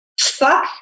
fuck